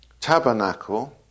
tabernacle